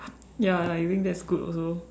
ya ya you think that's good also